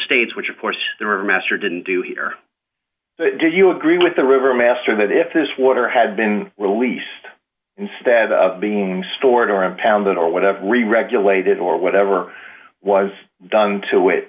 states which of course there are master didn't do here did you agree with the river master that if this water had been released instead of being stored or impounded or whatever reregulated or whatever was done to it